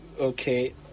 okay